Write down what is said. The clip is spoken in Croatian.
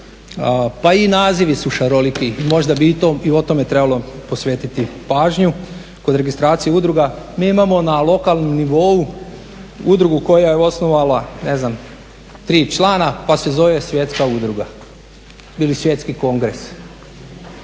pa i nazivi su šaroliki. Možda bi i o tome trebalo posvetiti pažnju kod registracije udruga. Mi imamo na lokalnom nivou udrugu koja je osnovala, ne znam, 3 člana pa se zove Svjetska udruga ili Svjetski kongres.